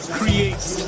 creates